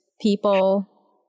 people